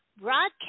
broadcast